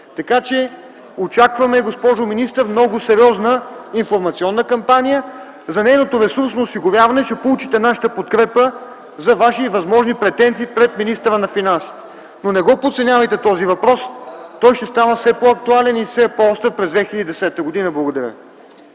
Така че очакваме, госпожо министър, много сериозна информационна кампания. За нейното ресурсно осигуряване ще получите нашата подкрепа за Ваши възможни претенции пред министъра на финансите. Но не подценявайте този въпрос, той ще става все по-актуален и все по-остър през 2010 г. Благодаря.